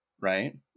Right